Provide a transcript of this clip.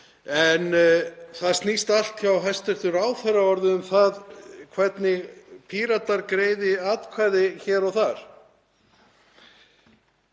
en það snýst allt hjá hæstv. ráðherra orðið um það hvernig Píratar greiða atkvæði hér og þar.